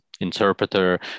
interpreter